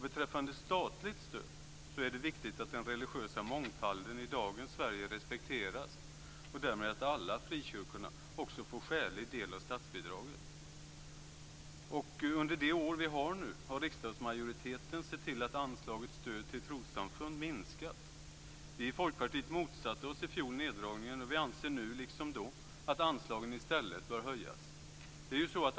Beträffande statligt stöd är det viktigt att den religiösa mångfalden i dagens Sverige respekteras och att alla frikyrkorna därmed också får skälig del av statsbidraget. Under året har riksdagsmajoriteten sett till att anslaget Stöd till trossamfund minskat. Vi i Folkpartiet motsatte oss i fjol neddragningen och vi anser nu, liksom då, att anslagen i stället bör höjas.